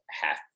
half